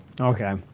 Okay